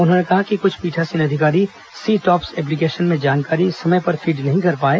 उन्होंने कहा कि कुछ पीठासीन अधिकारी सी टॉप्स एप्लीकेशन में जानकारी समय पर फीड नहीं कर पाए